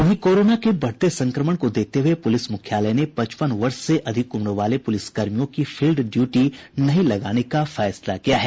वहीं कोरोना के बढ़ते संक्रमण को देखते हुये पुलिस मुख्यालय ने पचपन वर्ष से अधिक उम्र वाले पुलिसकर्मियों की फील्ड ड्यूटी नहीं लगाने का निर्णय लिया है